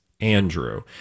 Andrew